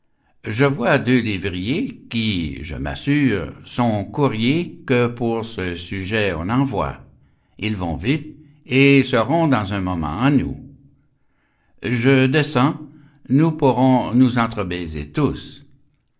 je vois deux lévriers qui je m'assure sont courriers que pour ce sujet on envoie ils vont vite et seront dans un moment à nous je descends nous pourrons nous entre-baiser tous